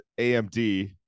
amd